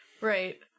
right